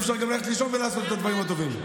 אפשר גם ללכת לישון ולעשות את הדברים הטובים?